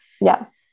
Yes